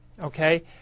okay